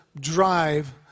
drive